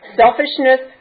selfishness